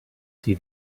see